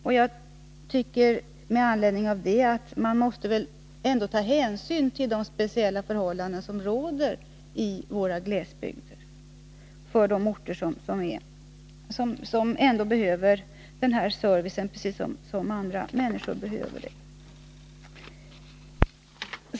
Men jag anser att man måste ta hänsyn till de speciella förhållanden som råder i våra glesbygder — för människor på orter som ändå behöver den här servicen precis som andra orter och människor behöver dem.